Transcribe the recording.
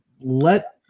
let